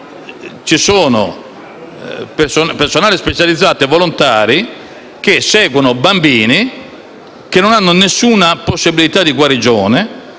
ci sono personale specializzato e volontari che seguono bambini che non hanno alcuna possibilità di guarigione,